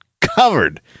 covered